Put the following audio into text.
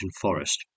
forest